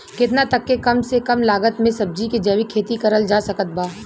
केतना तक के कम से कम लागत मे सब्जी के जैविक खेती करल जा सकत बा?